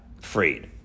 freed